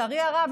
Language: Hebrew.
לצערי הרב,